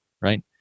right